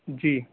جی